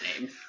name